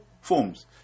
forms